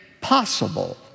possible